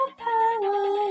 power